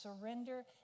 surrender